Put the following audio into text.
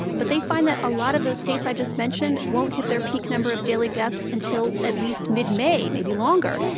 but they find that a lot of those states i just mentioned won't hit their peak number of daily deaths until at least mid-may, maybe longer.